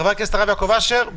חבר הכנסת הרב יעקב אשר,